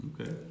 Okay